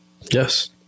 Yes